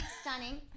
Stunning